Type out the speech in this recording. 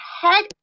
head